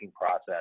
process